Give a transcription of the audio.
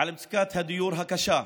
הדיור הקשה,